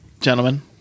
Gentlemen